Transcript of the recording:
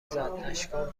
زد، اشکام